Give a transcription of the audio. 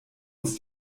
uns